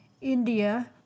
India